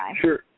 Sure